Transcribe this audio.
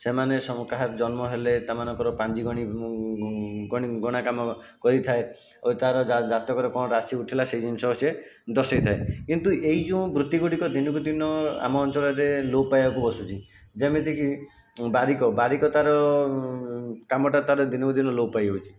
ସେମାନେ ସବୁ କାହାର ଜନ୍ମ ହେଲେ ତାଙ୍କମାନଙ୍କର ପାଞ୍ଜିଗଣି ଗଣ ଗଣା କାମ କରିଥାଏ ଆଉ ତାର ଜା ଜାତକରେ କ'ଣ ରାଶି ଉଠିଲା ସେହି ଜିନିଷ ସେ ଦର୍ଶେଇଥାଏ କିନ୍ତୁ ଏଇ ଯେଉଁ ବୃତ୍ତି ଗୁଡ଼ିକ ଦିନକୁ ଦିନ ଆମ ଅଞ୍ଚଳରେ ଲୋପ ପାଇବାକୁ ବସୁଛି ଯେମିତିକି ବାରିକ ବାରିକ ତାର କାମଟା ତାର ଦିନକୁ ଦିନ ଲୋପ ପାଇ ଯାଉଛି